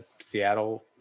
Seattle